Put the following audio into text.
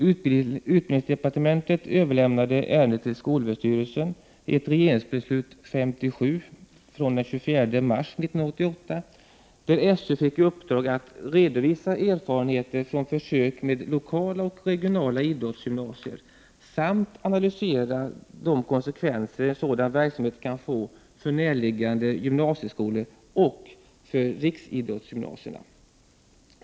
Utbildningsdepartementet överlämnade ärendet till skolöverstyrelsen i ett regeringsbeslut 57 av den 24 mars 1988, där skolöverstyrelsen fick i uppdrag att ”redovisa erfarenheter från försök med lokala och regionala idrottsgymnasier samt analysera de konsekvenser en sådan verksamhet kan få för närliggande gymnasieskolor och för riksidrottsgymnasierna”.